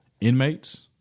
inmates